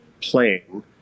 playing